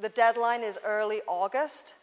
the deadline is early august